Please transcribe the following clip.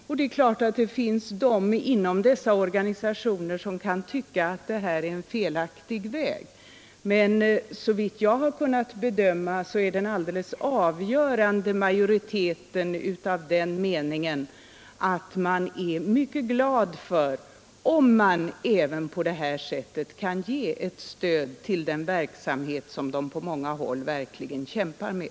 Inom de aktuella organisationerna finns det givetvis personer som kan tycka att detta är en felaktig väg, men såvitt jag har kunnat bedöma är den alldeles avgörande majoriteten mycket glad för om de även på detta sätt kan få ett stöd till den verksamhet som man på många håll verkligen kämpar med.